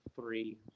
Three